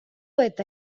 eta